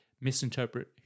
misinterpret